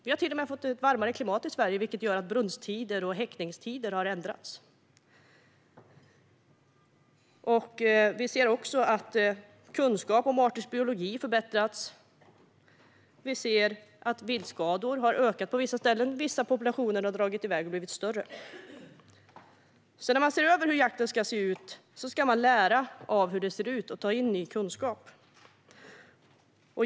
Vi har till och med fått ett varmare klimat i Sverige, vilket gör att brunsttider och häckningstider har ändrats. Kunskapen om arters biologi har förbättrats. Viltskadorna har ökat på vissa ställen. Vissa populationer har dragit iväg och blivit större. När man ser över hur jakten ska se ut ska man lära av hur det ser ut och ta in ny kunskap.